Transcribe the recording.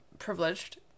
privileged